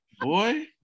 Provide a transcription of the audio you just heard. Boy